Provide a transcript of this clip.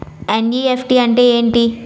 NEFT అంటే ఎంటి?